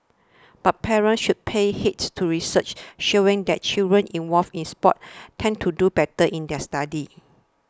but parents should pay heed to research showing that children involved in sports tend to do better in their studies